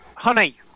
Honey